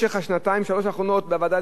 שלוש השנים האחרונות בוועדה לפניות הציבור,